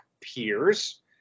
peers